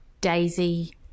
daisy